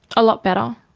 a lot better.